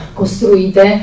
costruite